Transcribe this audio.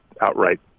outright